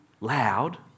loud